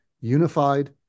Unified